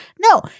No